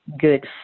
good